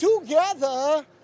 together